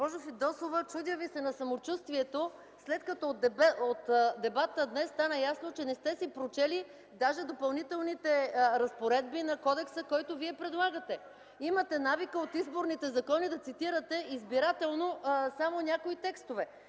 Госпожо Фидосова, чудя Ви се на самочувствието, след като дебата днес стана ясно, че не сте си прочели даже Допълнителните разпоредби на Кодекса, който Вие предлагате. Имате навика от изборните закони да цитирате избирателно само някои текстове.